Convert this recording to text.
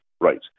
Right